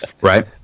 Right